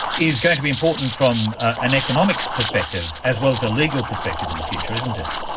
is going to be important from an economic perspective as well as a legal perspective in the future, isn't it.